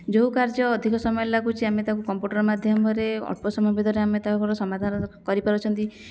ଯେଉଁ କାର୍ଯ୍ୟ ଅଧିକ ସମୟ ଲାଗୁଛି ଆମେ ତାକୁ କମ୍ପ୍ୟୁଟର ମାଧ୍ୟମରେ ଅଳ୍ପ ସମୟ ଭିତରେ ଆମେ ତାକୁ ଗୋଟେ ସମାଧାନ କରିପାରୁଛନ୍ତି